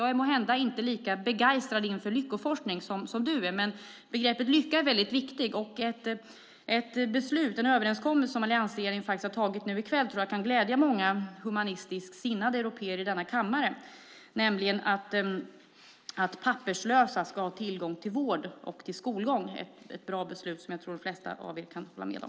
Jag är måhända inte lika begeistrad över lyckoforskning som han, men begreppet lycka är viktigt. I kväll har alliansregeringen tagit ett beslut som säkert kan glädja många humanistiskt sinnade européer i denna kammare, nämligen att papperslösa ska ha tillgång till vård och skolgång. De flesta av er håller nog med om att det är ett bra beslut.